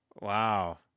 wow